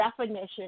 definition